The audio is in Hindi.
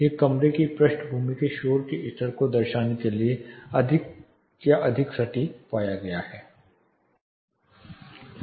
यह कमरे में पृष्ठभूमि के शोर के स्तर का दर्शाने के लिए अधिक या अधिक सटीक पाया गया था